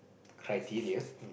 criteria